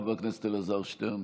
חבר הכנסת אלעזר שטרן,